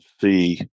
see